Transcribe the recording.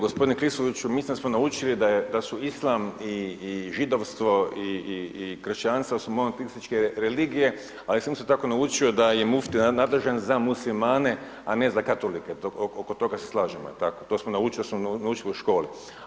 G. Klisoviću, mislim da smo naučili da su islam i židovstvo i kršćanstvo su monoteističke religije ali sam isto tako naučio da je muftija nadležan za muslimane a ne za katolike, oko toga se slažemo, jel' tako, to smo naučili jer smo naučili u školi.